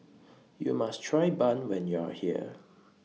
YOU must Try Bun when YOU Are here